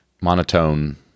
monotone